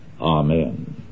Amen